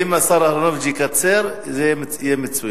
אם השר אהרונוביץ יקצר, זה יהיה מצוין.